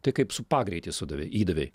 tai kaip su pagreitį sudavei įdavei